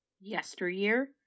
yesteryear